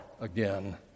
again